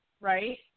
right